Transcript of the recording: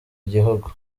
igihugu